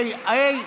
הי, הי.